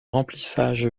remplissage